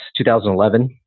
2011